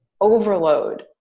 overload